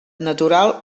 natural